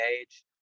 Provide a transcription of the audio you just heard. age